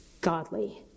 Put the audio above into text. godly